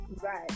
Right